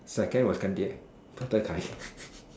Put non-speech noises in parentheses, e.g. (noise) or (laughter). second was 干爹 (laughs)